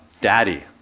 daddy